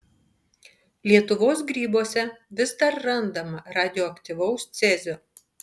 lietuvos grybuose vis dar randama radioaktyvaus cezio